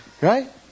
Right